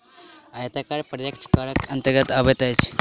आयकर प्रत्यक्ष करक अन्तर्गत अबैत अछि